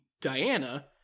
Diana